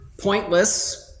pointless